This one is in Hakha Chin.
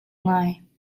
ngai